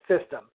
system